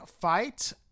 fight